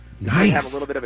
Nice